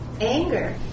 Anger